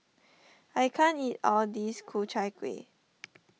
I can't eat all of this Ku Chai Kueh